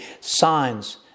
signs